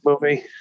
movie